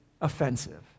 offensive